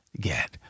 get